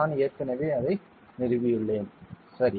நான் ஏற்கனவே அதை நிறுவியுள்ளேன் சரி